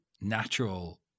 natural